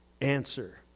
answer